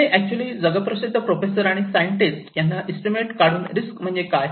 त्यांनी अॅक्च्युअली जगप्रसिद्ध प्रोफेसर आणि सायंटिस्ट यांना इस्टिमेट काढून रिस्क म्हणजे काय